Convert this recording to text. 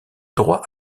droit